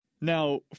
Now